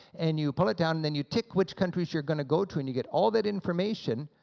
and you pull it down then you tick which countries you're going to go to and you get all that information,